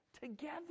together